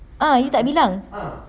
ah you tak bilang